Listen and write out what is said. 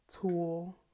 tool